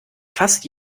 fast